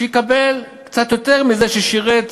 שיקבל קצת יותר מזה ששירת,